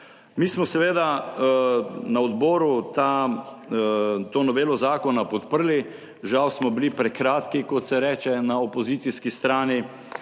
Mi smo seveda na odboru to novelo zakona podprli. Žal smo bili prekratki, kot se reče, na opozicijski strani.